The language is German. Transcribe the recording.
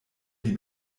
die